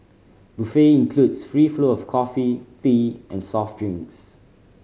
buffet includes free flow of coffee tea and soft drinks